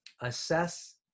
assess